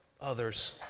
others